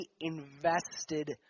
invested